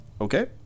okay